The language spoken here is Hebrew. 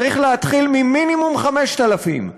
צריך להתחיל ממינימום 5,000 שקלים,